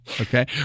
Okay